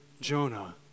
Jonah